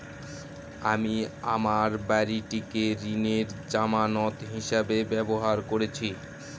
আমি আমার বাড়িটিকে ঋণের জামানত হিসাবে ব্যবহার করেছি